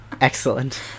Excellent